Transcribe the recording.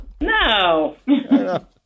No